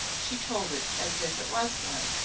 she told it as if it was one.